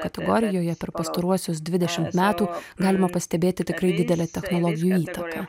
kategorijoje per pastaruosius dvidešimt metų galima pastebėti tikrai didelę technologijų įtaką